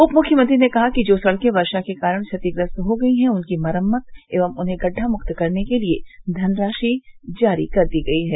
उप मुख्यमंत्री ने कहा कि जो सड़के वर्षा के कारण क्षतिग्रस्त हो गई है उनकी मरम्मत एवं उन्हें गढ़ढा मुक्त करने के लिए धनराशि जारी कर दी गई है